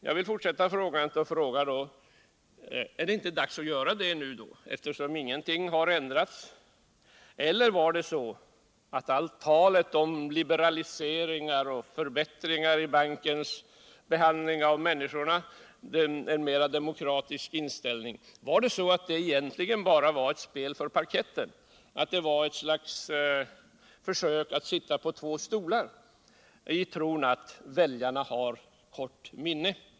Jag vill fortsätta och fråga: Är det då inte dags att göra det nu, eftersom ingenting har ändrats? Eller var allt talet om liberalisering, förbättring av bankens behandling av människorna och en mer demokratisk inställning egentligen bara ett spel för parketten, ett slags försök att sitta på två stolar i tron att väljarna har ett kort minne?